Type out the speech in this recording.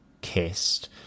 kissed